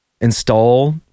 install